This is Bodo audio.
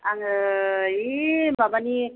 आङो ओइ माबानि